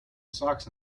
socks